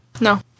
No